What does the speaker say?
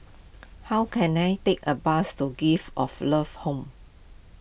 how can I take a bus to Gift of Love Home